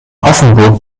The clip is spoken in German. offenburg